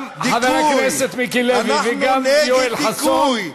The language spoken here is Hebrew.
גם חבר הכנסת מיקי לוי וגם יואל חסון,